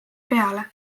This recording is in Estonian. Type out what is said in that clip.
peale